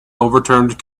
overturned